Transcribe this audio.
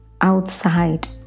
outside